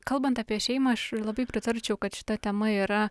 kalbant apie šeimą aš labai pritarčiau kad šita tema yra